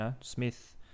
Smith